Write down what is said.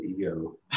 ego